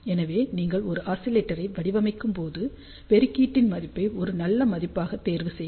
எனவே நீங்கள் ஒரு ஆசிலேட்டரை வடிவமைக்கும்போது பெருக்கீட்டீன் மதிப்பை ஒரு நல்ல மதிப்பாகத் தேர்வுசெய்க